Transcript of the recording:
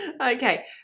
Okay